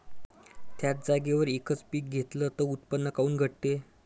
थ्याच जागेवर यकच पीक घेतलं त उत्पन्न काऊन घटते?